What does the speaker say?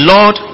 Lord